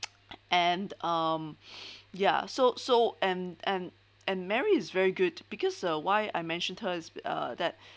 and um yeah so so and and and mary is very good because uh why I mentioned her is be~ uh that